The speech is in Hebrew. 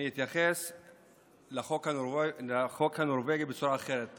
אני אתייחס לחוק הנורבגי בצורה אחרת.